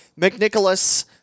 McNicholas